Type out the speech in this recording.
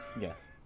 Yes